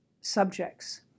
subjects